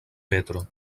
petro